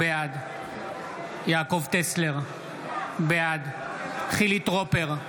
בעד יעקב טסלר, בעד חילי טרופר,